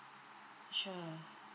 sure